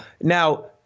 Now